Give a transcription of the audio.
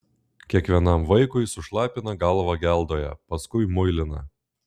kiekvienam vaikui sušlapina galvą geldoje paskui muilina